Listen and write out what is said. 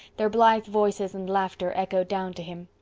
their blithe voices and laughter echoed down to him.